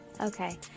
okay